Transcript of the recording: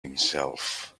himself